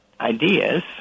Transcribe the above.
ideas